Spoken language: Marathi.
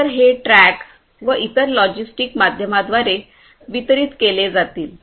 तर हे ट्रक व इतर लॉजिस्टिक माध्यमांद्वारे वितरीत केले जातील